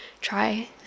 try